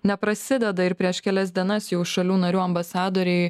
neprasideda ir prieš kelias dienas jau šalių narių ambasadoriai